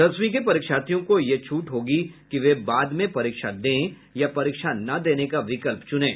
दसवीं के परीक्षार्थियों को यह छूट होगी कि वे बाद में परीक्षा दें या परीक्षा न देने का विकल्प चुनें